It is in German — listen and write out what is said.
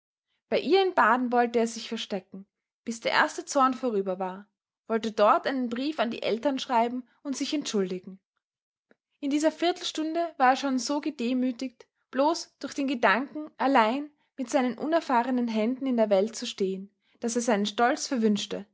bei ihr in baden wollte er sich verstecken bis der erste zorn vorüber war wollte dort einen brief an die eltern schreiben und sich entschuldigen in dieser viertelstunde war er schon so gedemütigt bloß durch den gedanken allein mit seinen unerfahrenen händen in der welt zu stehen daß er seinen stolz verwünschte